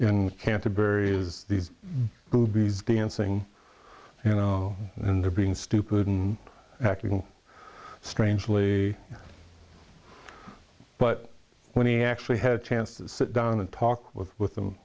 young canterbury is these boobies dancing you know and they're being stupid and acting strangely but when he actually had a chance to sit down and talk with them